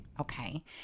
okay